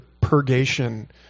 purgation